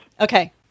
Okay